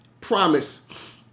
promise